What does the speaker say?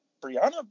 Brianna